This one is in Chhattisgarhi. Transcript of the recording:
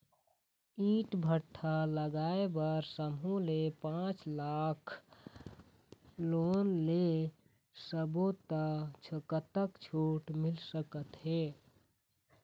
ईंट भट्ठा लगाए बर समूह ले पांच लाख लाख़ लोन ले सब्बो ता कतक छूट मिल सका थे?